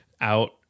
out